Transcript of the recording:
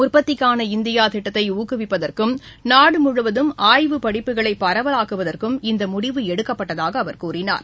உற்பத்திக்காள India திட்டத்தை ஊக்குவிப்பதற்கும் நாடு முழுவதும் ஆய்வுப் படிப்புகளை பரவலாக்குவதற்கும் இந்த முடிவு எடுக்கப்பட்டதாக அவர் கூறினார்